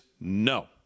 no